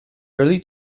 early